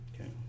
okay